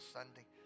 Sunday